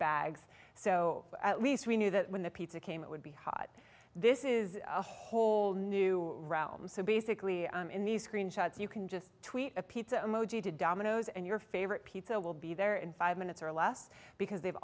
bags so at least we knew that when the pizza came it would be hot this is a whole new realm so basically in these screenshots you can just tweet a pizza to domino's and your favorite pizza will be there in five minutes or less because they've